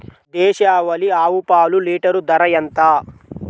దేశవాలీ ఆవు పాలు లీటరు ధర ఎంత?